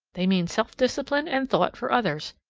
they mean self-discipline and thought for others,